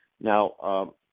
Now